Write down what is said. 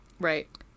Right